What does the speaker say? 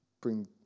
bring